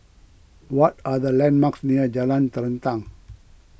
what are the landmarks near Jalan Terentang